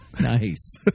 Nice